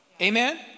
amen